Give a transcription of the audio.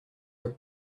her